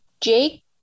Jake